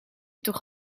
toch